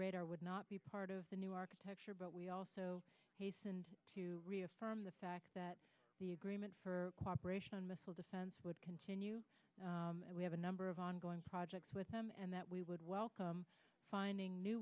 radar would not be part of the new architecture but we also hastened to reaffirm the fact that the agreement for cooperation on missile defense would continue we have a number of ongoing projects with them and that we would welcome finding new